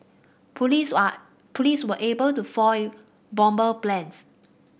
police police were able to foil bomber plans